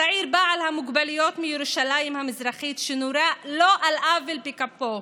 הצעיר בעל המוגבלויות מירושלים המזרחית שנורה על לא עוול בכפו,